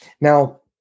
Now